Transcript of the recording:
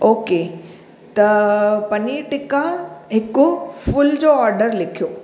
okay त पनीर टिका हिकु full जो ऑर्डर लिखियो